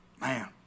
Man